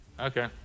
Okay